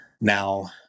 Now